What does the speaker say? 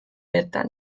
bertan